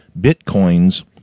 Bitcoins